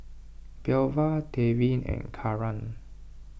Belva Devin and Karan